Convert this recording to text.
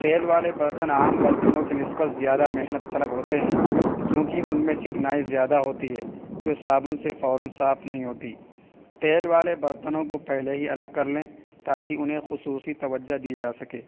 تیل والے برتن عام برتنوں کی نسبت زیادہ محنت طلب ہوتے ہیں کیوںکہ ان میں چکنائی زیادہ ہوتی ہے جو صابن سے فوراً صاف نہیں ہوتی تیل والے برتنوں کو پہلے ہی الگ کر لیں تاکہ انہیں خصوصی توجہ دی جا سکے